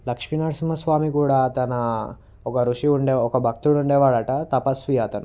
లక్ష్మీనరసింహస్వామి కూడా తన ఒక ఋషి ఉండే ఒక భక్తుడు ఉండేవాడట తపస్వి అతను